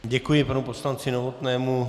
Děkuji panu poslanci Novotnému.